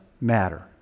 matter